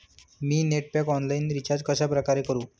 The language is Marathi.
मी नेट पॅक ऑनलाईन रिचार्ज कशाप्रकारे करु?